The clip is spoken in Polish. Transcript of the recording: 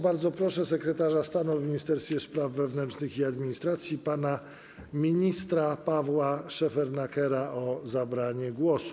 Bardzo proszę sekretarza stanu w Ministerstwie Spraw Wewnętrznych i Administracji pana ministra Pawła Szefernakera o zabranie głosu.